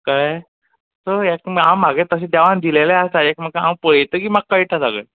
कळ्ळें पळयात म्हागे तशें देवान दिलेलें आसा एक म्हाका हांव पळयतकीर म्हाक कळटा सगळें